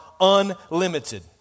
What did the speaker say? unlimited